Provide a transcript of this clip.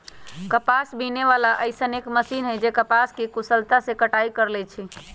कपास बीने वाला अइसन एक मशीन है जे कपास के कुशलता से कटाई कर लेई छई